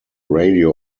radio